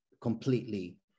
completely